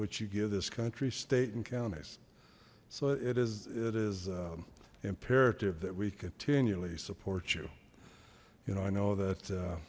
which you give this country state and counties so it is it is imperative that we continually support you you know i know that